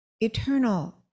eternal